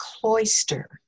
cloister